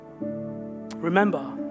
Remember